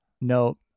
No